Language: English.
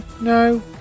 no